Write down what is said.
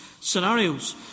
scenarios